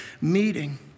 meeting